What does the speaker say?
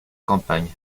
campagne